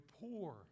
poor